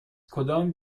کدام